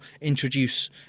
introduce